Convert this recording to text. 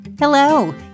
Hello